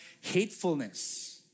hatefulness